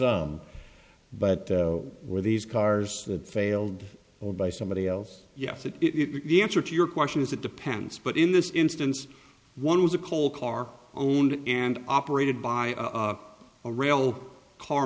a but where these cars that failed or by somebody else yes and if the answer to your question is it depends but in this instance one was a coal car owned and operated by a rail car